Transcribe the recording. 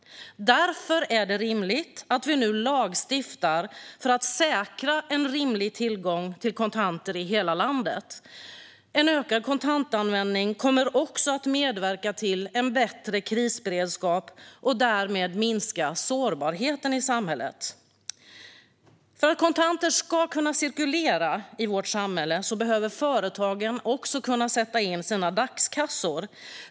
Därför är det rimligt att vi nu lagstiftar för att säkra en rimlig tillgång till kontanter i hela landet. En ökad kontantanvändning kommer också att medverka till en bättre krisberedskap och därmed minska sårbarheten i samhället. För att kontanter ska kunna cirkulera i vårt samhälle behöver företagen kunna sätta in sina dagskassor.